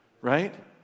right